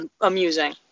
amusing